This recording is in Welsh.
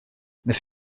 nes